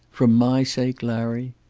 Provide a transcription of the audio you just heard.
for my sake, larry?